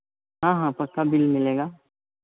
हाँ हाँ पक्का बिल मिलेगा